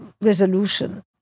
resolution